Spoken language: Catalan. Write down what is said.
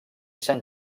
sant